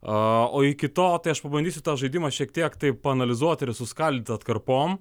o iki tol tai aš pabandysiu tą žaidimą šiek tiek taip paanalizuot ir suskaldyt atkarpom